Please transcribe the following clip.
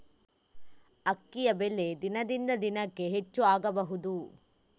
ಅಕ್ಕಿಯ ಬೆಲೆ ದಿನದಿಂದ ದಿನಕೆ ಹೆಚ್ಚು ಆಗಬಹುದು?